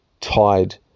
tied